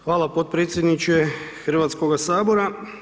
Hvala potpredsjedniče Hrvatskoga sabora.